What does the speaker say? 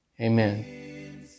Amen